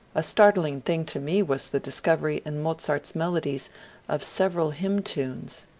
a startling thing to me was the discovery in mozart's melodies of several hymn tunes.